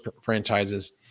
franchises